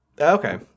Okay